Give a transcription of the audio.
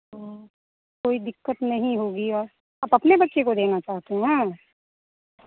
कोई दिक्कत नहीं होगी और आप अपने बच्चे को देना चाहते हैं